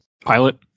pilot